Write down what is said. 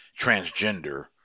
transgender